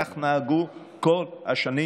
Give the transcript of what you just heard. כך נהגו כל השנים,